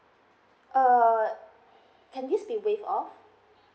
err can this be waived off